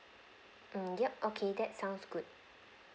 mm yup okay that sounds good